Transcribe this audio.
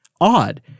odd